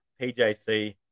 PJC